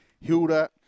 Hilda